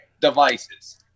devices